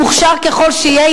מוכשר ככל שיהיה,